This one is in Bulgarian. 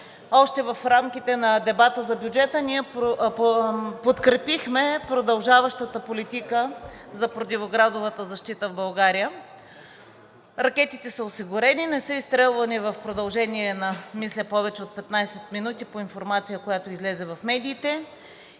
Още в рамките на дебата за бюджета ние подкрепихме продължаващата политика за противоградовата защита в България. Ракетите са осигурени, не са изстрелвани в продължение на, мисля, повече от 15 минути – по информация, която излезе в медиите,